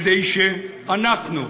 כדי שאנחנו,